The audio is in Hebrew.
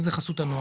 אם זה חסות הנוער,